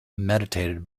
mediated